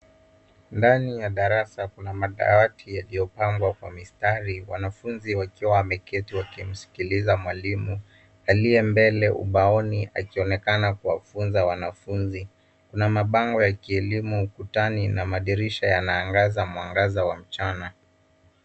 Ndani ya darasa kuna madawati yaliyopangwa kwa mistari wanafunzi wakiwa wameketi wakimsikiliza mwalimu aliye mbele ubaoni akionekana kuwafunza wanafunzi. Kuna mabango ya kielimu ukutani na madirisha yanaangaza mwangaza wa mchana.